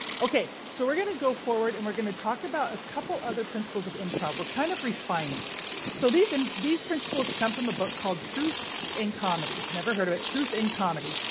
ok, so we're going to go forward and we're going to talk about a couple other principles of improv were kind of refining so these these principles come from a book called truth in comedy. if never heard about truth in comedy,